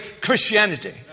Christianity